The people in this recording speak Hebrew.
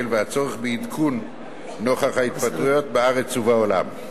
והצורך בעדכון נוכח ההתפתחויות בארץ ובעולם.